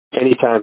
Anytime